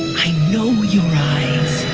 i know your eyes.